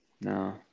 no